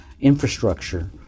infrastructure